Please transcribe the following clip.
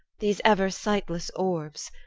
these ever-sightless orbs.